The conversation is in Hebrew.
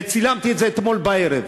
וצילמתי את זה אתמול בערב.